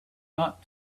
not